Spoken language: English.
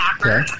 Okay